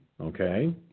okay